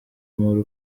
umuhoro